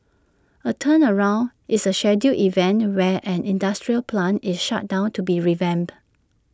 A turnaround is A scheduled event where an industrial plant is shut down to be revamped